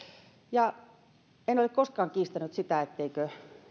onkin en ole koskaan kiistänyt sitä etteikö